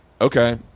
okay